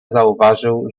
zauważył